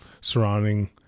surrounding